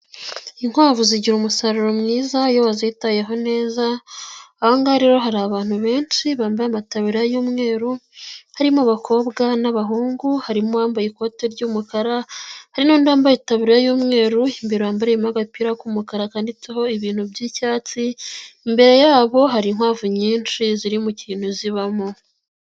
Inkwavu zigira umusaruro mwiza iyo wazitayeho neza, ahangaha rero hari abantu benshi bambaye amatabera y'umweru harimo abakobwa n'abahungu harimo uwambaye ikote ry'umukara hari n'umbayetabiro yu'umweru imbere yambayemo agapira k'umukara kandiditseho ibintu by'icyatsi imbere yabo harikwavu nyinshi ziri mu kintu zibamo.